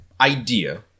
idea